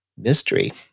mystery